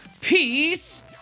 Peace